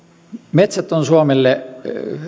metsät ovat suomelle